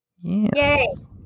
Yes